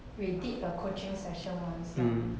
we did a coaching session once lah